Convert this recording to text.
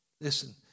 Listen